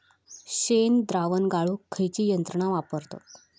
शेणद्रावण गाळूक खयची यंत्रणा वापरतत?